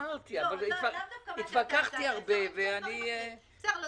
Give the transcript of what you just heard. התווכחתי הרבה ואני --- בסדר,